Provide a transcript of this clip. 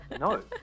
No